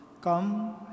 Come